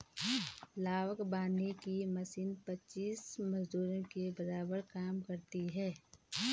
लावक बांधने की मशीन पच्चीस मजदूरों के बराबर काम करती है